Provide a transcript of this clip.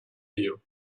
you